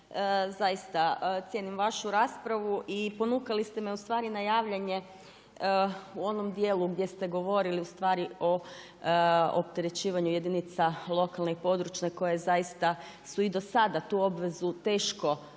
zaista cijenim vašu raspravu i ponukali ste me ustvari na javljanje u onom dijelu gdje ste govorili ustvari o opterećivanju jedinica lokalne i područne koje zaista su i do sada tu obvezu teško podnosile.